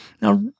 Now